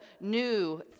new